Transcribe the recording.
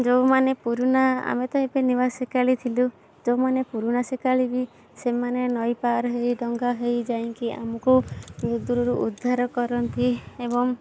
ଯେଉଁମାନେ ପୁରୁଣା ଆମେ ତ ଏବେ ନୂଆ ଶିକାଳି ଥିଲୁ ଯେଉଁମାନେ ପୁରୁଣା ଶିକାଳି ବି ସେମାନେ ନଈପାର ହେଇ ଡଙ୍ଗା ହେଇ ଯାଇକି ଆମକୁ ଦୂରରୁ ଉଦ୍ଧାର କରନ୍ତି ଏବଂ